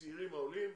הצעירים העולים,